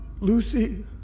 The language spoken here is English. Lucy